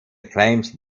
claims